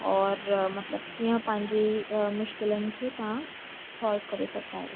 औरि मतिलबु कीअं पंहिंजी मुश्किलनि खे तव्हां सॉल्व करे सघंदा आहियो